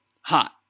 hot